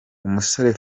umusore